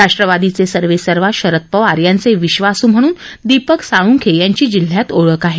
राष्ट्रवादीचे सर्वेसर्वा शरद पवार यांचे विश्वासू म्हणून दीपक साळूंखे यांची जिल्ह्यात ओळख आहे